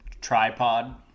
tripod